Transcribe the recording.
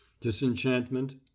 Disenchantment